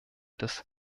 des